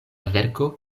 verko